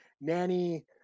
Nanny